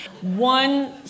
one